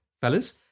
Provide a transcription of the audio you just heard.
fellas